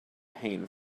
pain